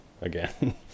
again